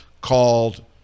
called